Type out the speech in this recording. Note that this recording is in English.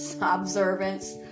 observance